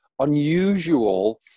unusual